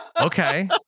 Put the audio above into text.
okay